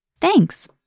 Thanks